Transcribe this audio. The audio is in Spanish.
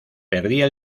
perdía